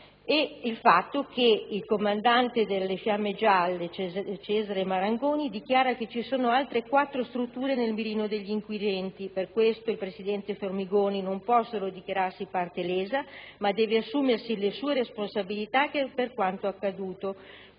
Inoltre, il comandante delle Fiamme gialle, Cesare Marangoni, dichiara che ci sono altre quattro strutture nel mirino degli inquirenti. Per questo il presidente Formigoni non può solo dichiararsi parte lesa, ma deve assumersi le sue responsabilità per quanto accaduto.